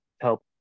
help